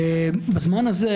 בזמן הזה,